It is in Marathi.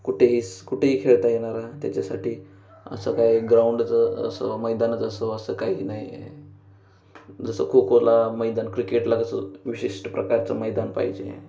कुठेही स कुठेही खेळता येणारा त्याच्यासाठी असं काही ग्राऊंडचं असं मैदानच असावं असं काही नाही आहे जसं खो खोला मैदान क्रिकेटला कसं विशिष्ट प्रकारचं मैदान पाहिजे